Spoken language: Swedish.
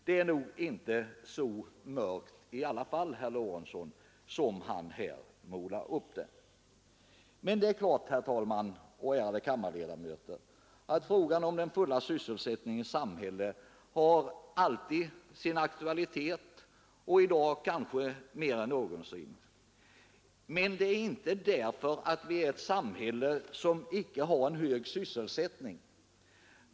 Det är nog i alla fall inte så mörkt som herr Lorentzon målar upp. Men, herr talman och ärade kammarledamöter, frågan om den fulla sysselsättningens samhälle har alltid sin aktualitet och i dag kanske mer än någonsin. Men det är inte därför att vårt samhälle har en låg sysselsättning.